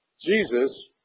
Jesus